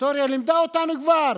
ההיסטוריה לימדה אותנו כבר: